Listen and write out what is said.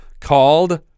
called